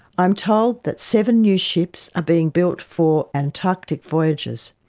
i'm told that seven new ships are being built for antarctic voyages.